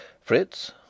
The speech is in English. Fritz